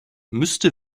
müsste